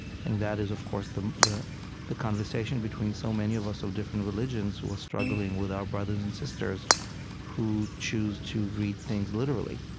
think that is, of course, the the conversation between so many of us of different religions who are struggling with our brothers and sisters who choose to read things literally